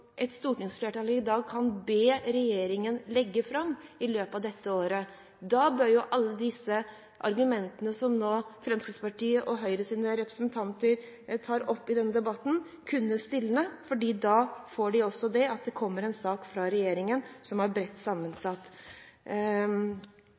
i dag kan be regjeringen legge fram i løpet av dette året. Da bør jo alle argumentene som Høyres og Fremskrittspartiets representanter kommer med i denne debatten, kunne stilne, for da får vi en sak fra regjeringen, som er bredt